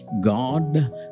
God